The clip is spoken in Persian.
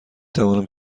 توانم